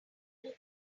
bank